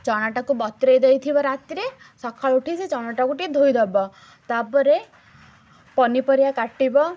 ଚଣାଟାକୁ ବତୁରେଇ ଦେଇ ଥିବ ରାତିରେ ସକାଳ ଉଠି ସେ ଚଣାଟାକୁ ଟିକେ ଧୋଇଦବ ତା'ପରେ ପନିପରିବା କାଟିବ